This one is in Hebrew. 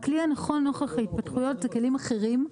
הכלי הנכון נוכח ההתפתחויות זה כלים אחרים.